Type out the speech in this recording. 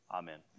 amen